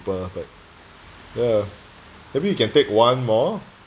but ya maybe you can take one more